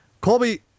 Colby